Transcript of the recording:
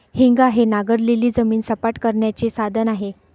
हेंगा हे नांगरलेली जमीन सपाट करण्याचे साधन आहे